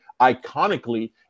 iconically